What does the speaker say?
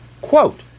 Quote